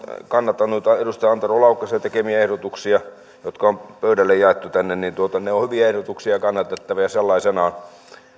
kannatan edustaja antero laukkasen tekemiä ehdotuksia jotka on pöydille jaettu tänne ne ovat hyviä ehdotuksia ja kannatettavia sellaisenaan